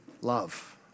love